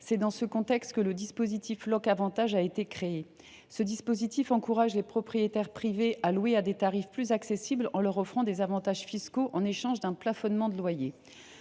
C’est dans ce contexte que le dispositif Loc’Avantages a été créé. Ce dispositif vise à encourager les propriétaires privés à louer leur bien à un tarif plus accessible, en leur offrant des avantages fiscaux en échange d’un plafonnement de loyer.